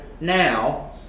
now